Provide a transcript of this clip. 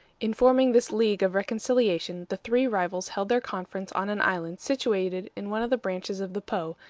in forming this league of reconciliation, the three rivals held their conference on an island situated in one of the branches of the po,